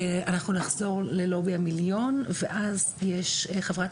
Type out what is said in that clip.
אנחנו נחזור ללובי המיליון ואז יש חברת